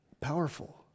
Powerful